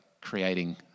creating